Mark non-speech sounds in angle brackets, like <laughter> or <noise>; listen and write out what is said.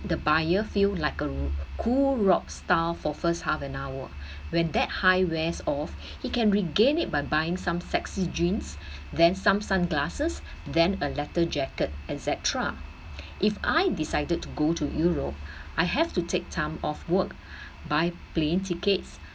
the buyer feel like a cool rock star for first half an hour when that high wears off <breath> he can regain it by buying some sexy jeans then some sunglasses then a leather jacket et cetera <breath> if I decided to go to europe I have to take time off work buy plane tickets